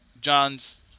Johns